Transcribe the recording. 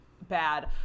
bad